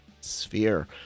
sphere